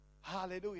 hallelujah